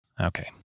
Okay